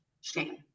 shame